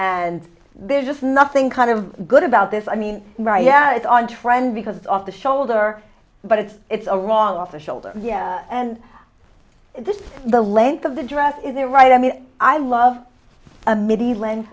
and there just nothing kind of good about this i mean right now it's on trend because it's off the shoulder but it's it's a wrong off the shoulder and this is the length of the dress is there right i mean i love a midland